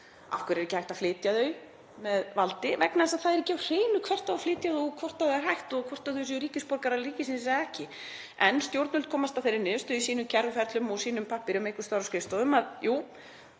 Af hverju er ekki hægt að flytja þau með valdi? Vegna þess að það er ekki á hreinu hvert á að flytja þau, hvort það er hægt og hvort þau eru ríkisborgarar ríkisins eða ekki. En stjórnvöld komast að þeirri niðurstöðu í sínum kæruferlum og sínum pappírum einhvers staðar á skrifstofum að jú,